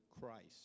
Christ